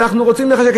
אנחנו רוצים לחשק.